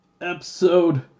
episode